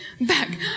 Back